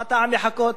מה הטעם לחכות?